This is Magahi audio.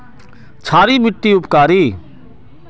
क्षारी मिट्टी उपकारी?